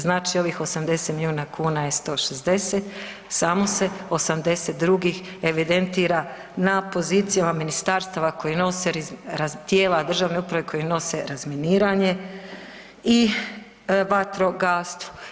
Znači ovih 80 milijuna kuna je 160, samo se 80 drugih evidentira na pozicijama ministarstava koja nose tijela državne uprave koja nose razminiranje i vatrogastvo.